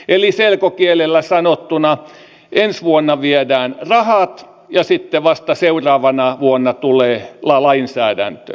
eli selkokielellä sanottuna ensi vuonna viedään rahat ja sitten vasta seuraavana vuonna tulee lainsäädäntö